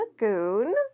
Lagoon